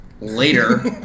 later